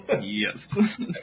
Yes